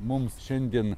mums šiandien